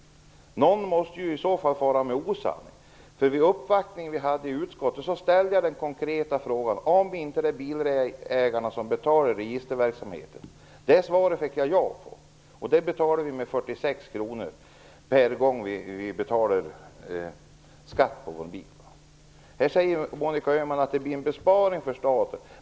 Om det inte är så måste någon fara med osanning. Vid den uppvaktning som vi hade i utskottet ställde jag den konkreta frågan om det är bilägarna som betalar registerverksamheten, och jag fick svaret ja. Vi betalar detta med 46 kr varje gång vi betalar skatt på bilen. Monica Öhman säger att det blir en besparing för staten.